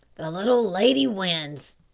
the little lady wins.